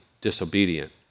disobedient